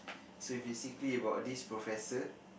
so basically about this professor